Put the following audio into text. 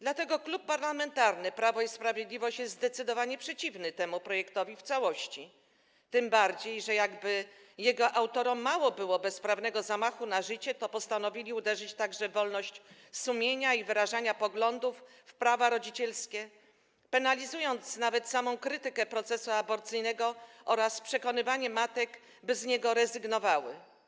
Dlatego Klub Parlamentarny Prawo i Sprawiedliwość jest zdecydowanie przeciwny temu projektowi w całości, tym bardziej że jakby jego autorom mało było bezprawnego zamachu na życie, to postanowili uderzyć także w wolność sumienia i wyrażania poglądów, w prawa rodzicielskie, penalizując nawet samą krytykę procesu aborcyjnego oraz przekonywanie matek, by z niego rezygnowały.